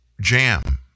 jam